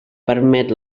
permet